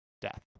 death